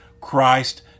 Christ